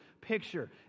picture